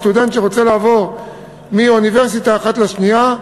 סטודנט שרוצה לעבור מאוניברסיטה אחת לשנייה,